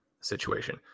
situation